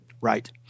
Right